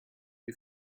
die